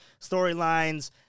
storylines